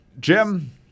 Jim